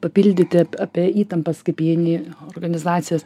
papildyti apie įtampas kaip įeini organizacijas